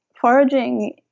Foraging